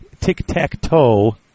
Tic-Tac-Toe